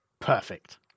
Perfect